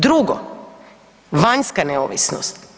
Drugo, vanjska neovisnost.